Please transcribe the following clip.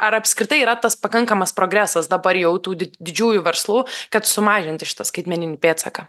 ar apskritai yra tas pakankamas progresas dabar jau tų didžiųjų verslų kad sumažinti šitą skaitmeninį pėdsaką